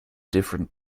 different